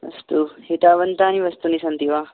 अस्तु एतावन्तानि वस्तूनि सन्ति वा